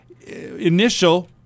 initial